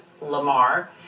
Lamar